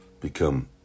become